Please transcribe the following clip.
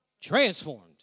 transformed